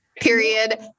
period